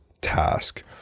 task